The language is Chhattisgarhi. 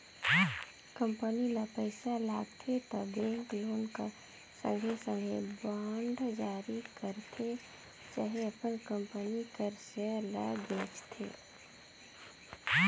कंपनी ल पइसा लागथे त बेंक लोन कर संघे संघे बांड जारी करथे चहे अपन कंपनी कर सेयर ल बेंचथे